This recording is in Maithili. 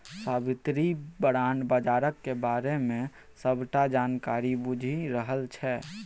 साबित्री बॉण्ड बजारक बारे मे सबटा जानकारी बुझि रहल छै